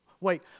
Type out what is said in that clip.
Wait